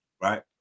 Right